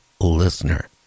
listener